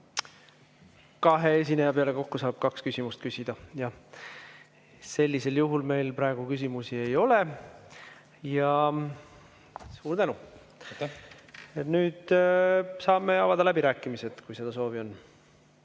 Kahe esineja peale kokku saab kaks küsimust küsida. Meil praegu küsimusi ei ole. Suur tänu! Nüüd saame avada läbirääkimised, kui seda soovi on.